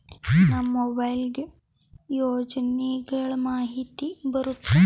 ನಮ್ ಮೊಬೈಲ್ ಗೆ ಯೋಜನೆ ಗಳಮಾಹಿತಿ ಬರುತ್ತ?